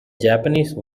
japanese